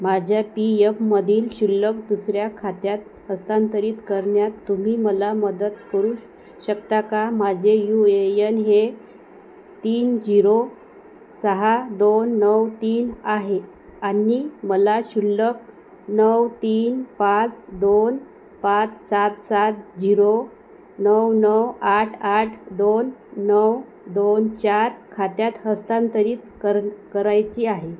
माझ्या पी यफमधील शिल्लक दुसऱ्या खात्यात हस्तांतरित करण्यात तुम्ही मला मदत करू शकता का माझे यू ए यन हे तीन झिरो सहा दोन नऊ तीन आहे आणि मला शिल्लक नऊ तीन पाच दोन पाच सात सात झिरो नऊ नऊ आठ आठ दोन नऊ दोन चार खात्यात हस्तांतरित कर करायची आहे